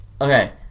Okay